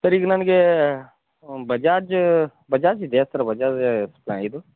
sir ಈಗ ನನಗೆ ಬಜಾಜ್ ಬಜಾಜ್ ಇದೆಯಾ ಸರ್ ಬಜಾಜ್ ಇದು